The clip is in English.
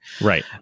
Right